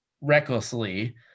recklessly